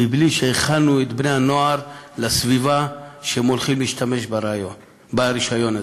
מבלי שהכנו את בני-הנוער לסביבה שבה הם הולכים להשתמש ברישיון הזה,